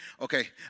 okay